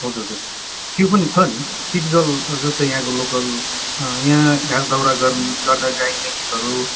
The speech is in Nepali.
हजुर हजुर त्यो पनि छ नि टिपिकल जस्तै यहाँको लोकल यहाँ घाँस दाउरा गर् गर्दा गाइने गीतहरू